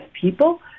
people